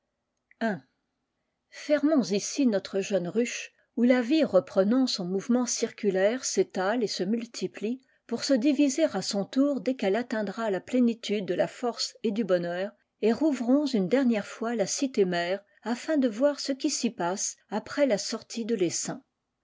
fermons îcî notre jeune ruche où la vie reprenant son mouvement circulaire s'étale et se multiplie pour se diviser à son tour dès qu'elle atteindra la plénitude de la force et du bonheur et rouvrons une dernière ioîs la cité mère afin de voir ce qui s'y passe après la sortie de tesaim